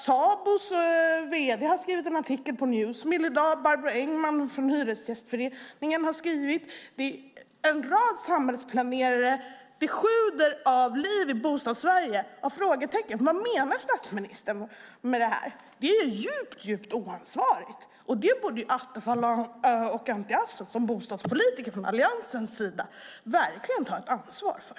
Sabos vd har skrivit en artikel på Newsmill i dag. Barbro Engman från Hyresgästföreningen har skrivit. Det är en rad samhällsplanerare. Det sjuder av liv i Bostadssverige. Det finns frågetecken. Vad menar statsministern med det här? Det är djupt oansvarigt. Och detta borde Attefall och Anti Avsan, som bostadspolitiker från Alliansens sida, verkligen ta ett ansvar för.